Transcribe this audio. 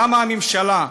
למה הממשלה,